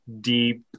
deep